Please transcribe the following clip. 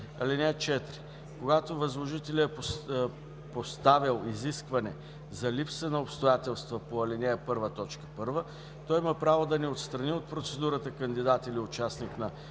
органи. (4) Когато възложителят е поставил изискване за липса на обстоятелства по ал. 1, т. 1, той има право да не отстрани от процедурата кандидат или участник на